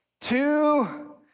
two